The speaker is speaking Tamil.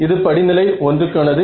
இது படிநிலை 1 க்கானது